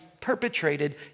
perpetrated